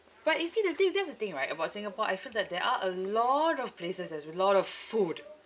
but you see the thing that's the thing right about singapore I feel that there are a lot of places have a lot of food